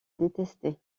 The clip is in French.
détester